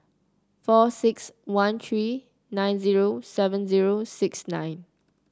four six one three nine zero seven zero six nine